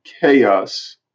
chaos